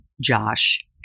Josh